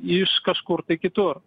iš kažkur tai kitur